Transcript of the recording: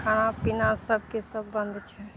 खाना पीना सबके सब बन्द छै